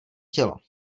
tělo